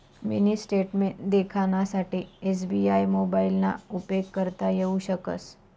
mini statement देखानासाठे SBI मोबाइलना उपेग करता येऊ शकस